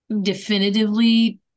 definitively